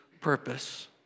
purpose